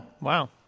Wow